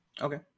okay